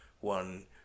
one